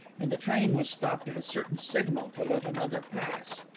and the train was stopped at a certain signal to let another pass.